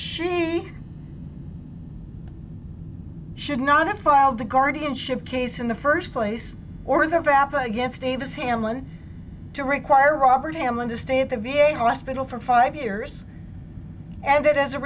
she should not have filed the guardianship case in the first place or the crap against davis hamlen to require robert hamlin to stay at the v a hospital for five years and that as a